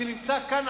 שנמצא כאן,